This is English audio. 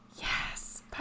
Yes